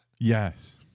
Yes